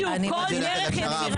בדיוק, כל דרך יצירתית.